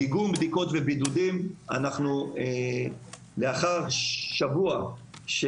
דיגום בדיקות ובידודים: לאחר שבוע של